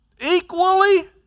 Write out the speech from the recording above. Equally